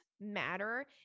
matter